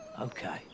Okay